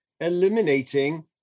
eliminating